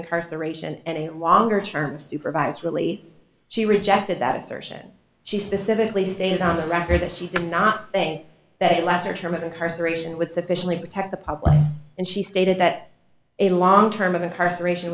incarceration and longer term supervised release she rejected that assertion she specifically stated on the record that she did not think that a lesser chairman incarceration with sufficiently protect the public and she stated that a long term of incarceration